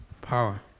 Power